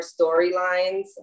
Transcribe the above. storylines